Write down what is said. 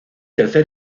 tercer